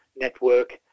network